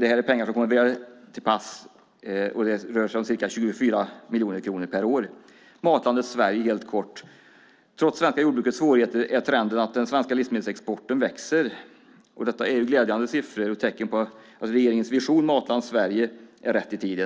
Det här är pengar som kommer väl till pass, och det rör sig om ca 24 miljoner kronor per år. Jag ska helt kort nämna matlandet Sverige. Trots det svenska jordbrukets svårigheter är trenden att den svenska livsmedelsexporten växer. Det är glädjande siffror och tecken på att regeringens vision om matlandet Sverige är rätt i tiden.